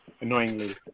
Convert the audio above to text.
Annoyingly